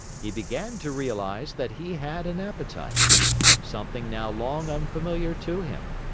he began to realize that he had an appetite something now long unfamiliar to him.